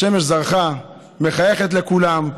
השמש זרחה, מחייכת לכולם.